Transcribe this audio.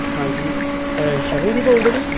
ਹਾਂਜੀ ਸ਼ਰਨ ਜੀ ਬੋਲਦੇ ਜੀ